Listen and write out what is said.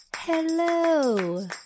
Hello